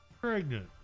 Pregnant